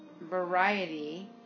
variety